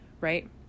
right